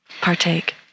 partake